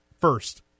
first